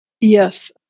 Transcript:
Yes